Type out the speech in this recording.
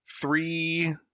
three